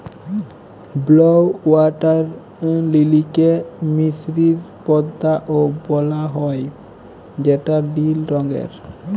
blue water লিলিকে মিসরীয় পদ্দা ও বলা হ্যয় যেটা লিল রঙের